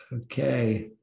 Okay